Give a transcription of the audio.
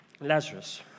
Lazarus